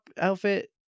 outfit